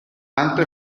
tanto